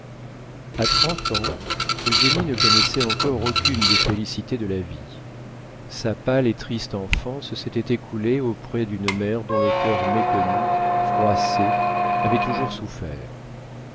a trente ans eugénie ne connaissait encore aucune des félicités de la vie sa pâle et triste enfance s'était écoulée auprès d'une mère dont le cœur méconnu froissé avait toujours souffert